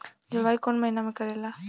जलवायु कौन महीना में करेला?